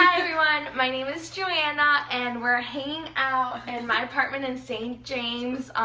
everyone. my name is joanna, and we're hanging out in my apartment in st. james.